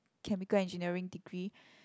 chemical engineering degree